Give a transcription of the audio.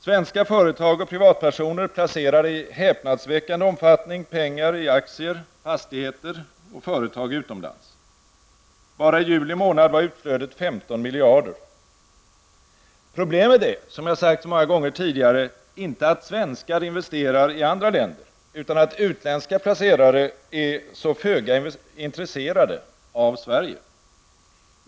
Svenska företag och privatpersoner placerar i häpnadsväckande omfattning pengar i aktier, fastigheter och företag utomlands. Bara i juli månad var utflödet 15 miljarder. Problemet är, som jag sagt så många gånger tidigare, inte att svenskar investerar i andra länder, utan att utländska placerare är så föga intresserade av Sverige.